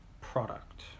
product